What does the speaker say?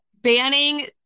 banning